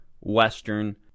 Western